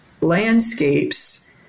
landscapes